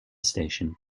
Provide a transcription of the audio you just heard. station